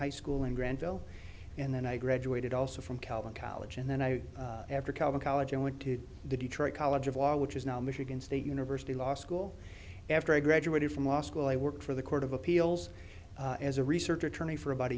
high school in granville and then i graduated also from calvin college and then i after calvin college i went to detroit college of law which is now michigan state university law school after i graduated from law school i worked for the court of appeals as a research attorney for about